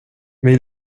mais